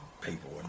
people